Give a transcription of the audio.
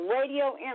Radio